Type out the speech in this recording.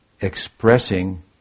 expressing